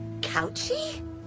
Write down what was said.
Couchy